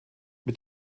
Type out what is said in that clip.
mit